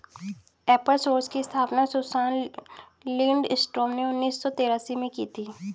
एपर सोर्स की स्थापना सुसान लिंडस्ट्रॉम ने उन्नीस सौ तेरासी में की थी